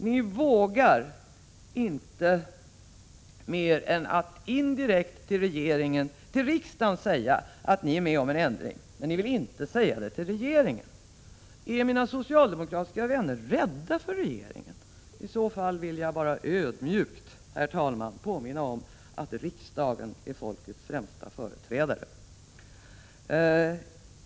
Ni vågar inte mer än att indirekt till riksdagen säga att ni är med på en ändring, men ni vill inte säga det till regeringen. Är mina socialdemokratiska vänner rädda för regeringen? I så fall vill jag bara ödmjukt påminna om att riksdagen är folkets främsta företrädare.